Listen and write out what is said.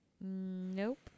Nope